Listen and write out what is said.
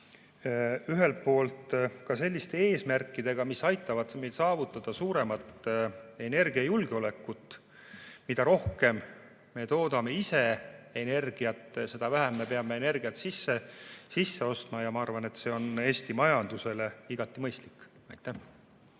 ühelt poolt ka selliste eesmärkidega, mis aitavad meil saavutada suuremat energiajulgeolekut. Mida rohkem me toodame ise energiat, seda vähem me peame energiat sisse ostma. Ma arvan, et see on Eesti majanduses igati mõistlik. Aitäh!